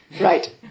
Right